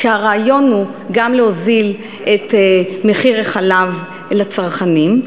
כשהרעיון הוא גם להוזיל את מחיר החלב לצרכנים,